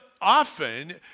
often